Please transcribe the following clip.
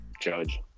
Judge